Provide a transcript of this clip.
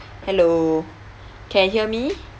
hello can hear me